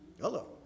Hello